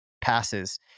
passes